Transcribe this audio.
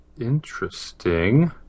Interesting